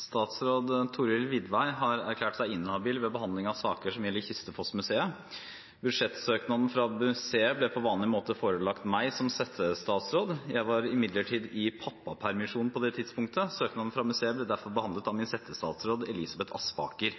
Statsråd Thorhild Widvey har erklært seg inhabil ved behandling av saker som gjelder Kistefos-Museet. Budsjettsøknaden fra museet ble på vanlig måte forelagt meg som settestatsråd. Jeg var imidlertid i pappapermisjon på det tidspunktet. Søknaden fra museet ble derfor behandlet av min settestatsråd Elisabeth Aspaker.